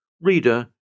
Reader